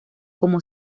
como